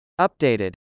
Updated